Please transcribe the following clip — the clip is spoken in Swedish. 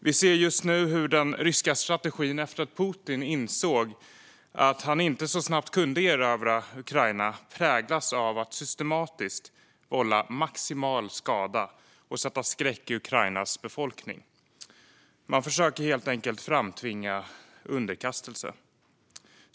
Vi ser nu hur den ryska strategin, efter att Putin insett att han inte så snabbt kunde erövra Ukraina, präglas av att systematiskt vålla maximal skada och sätta skräck i Ukrainas befolkning. Man försöker helt enkelt framtvinga underkastelse.